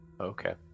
Okay